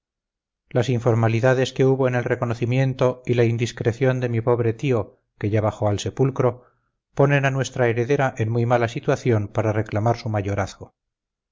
las informalidades que hubo en el reconocimiento y la indiscreción de mi pobre tío que ya bajó al sepulcro ponen a nuestra heredera en muy mala situación para reclamar su mayorazgo